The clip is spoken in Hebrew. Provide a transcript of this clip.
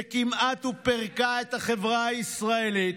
שכמעט ופירקה את החברה הישראלית,